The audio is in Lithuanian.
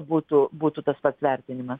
butų būtų tas pats vertinimas